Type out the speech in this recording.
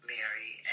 Mary